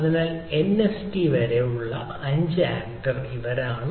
അതിനാൽ എൻഎസ്ടി വരെ ഉള്ള 5 ആക്ടർ ഇവരാണ്